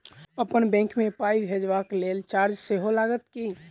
अप्पन बैंक मे पाई भेजबाक लेल चार्ज सेहो लागत की?